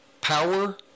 power